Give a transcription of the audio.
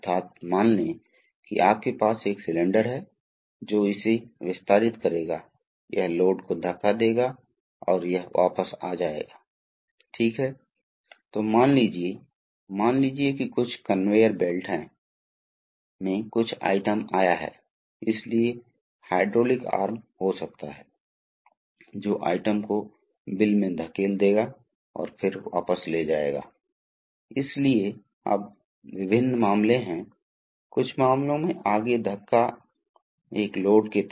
इस मामले में इस विशेष आरेख में पायलट लाइन को काम करने वाली रेखा से व्युत्पन्न किया गया है जोकि हर समय हो सकता है या नहीं हो सकता है और पायलट लाइन को दिखाया गया है जैसे कि आप लंबे डैश जानते हैं इसी तरह आपको कुछ करना होगा क्योंकि कुछ ड्रेन रेखाएं तरल रिसाव करने जा रही हैं इसलिए आपको उन्हें इकट्ठा करने की आवश्यकता है ताकि वे आप जानते हैं कि वे यहां वहां नहीं फैलें ताकि वे खोए नहीं हैं आदि इसलिए आपको ज़रूरत है कुछ ड्रेन रेखाओं को जोड़ने की